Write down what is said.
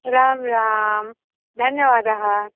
राम् राम् धन्यवादः